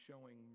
showing